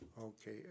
Okay